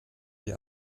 die